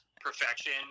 perfection